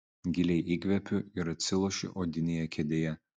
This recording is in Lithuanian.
giliai įkvepiu ir atsilošiu odinėje kėdėje